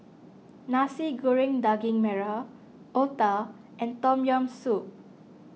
Nasi Goreng Daging Merah Otah and Tom Yam Soup